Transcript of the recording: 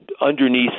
underneath